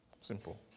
Simple